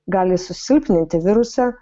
gali susilpninti virusą